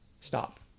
stop